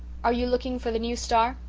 are you looking for the new star?